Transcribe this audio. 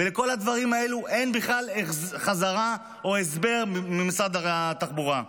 ועל כל הדברים האלה אין בכלל החזר או הסבר ממשרד התחבורה.